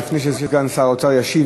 לפני שסגן שר האוצר ישיב,